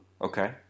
Okay